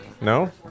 No